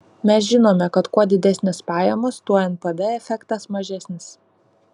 mes žinome kad kuo didesnės pajamos tuo npd efektas mažesnis